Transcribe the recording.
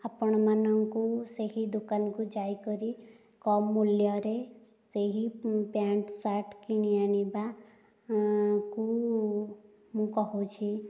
ଆପଣମାନଙ୍କୁ ସେହି ଦୋକାନକୁ ଯାଇକରି କମ ମୂଲ୍ୟରେ ସେହି ପ୍ୟାଣ୍ଟ୍ ସାର୍ଟ କିଣି ଆଣିବା କୁ ମୁଁ କହୁଛି